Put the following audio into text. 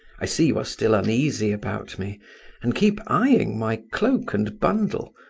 i see you are still uneasy about me and keep eyeing my cloak and bundle.